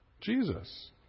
Jesus